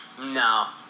No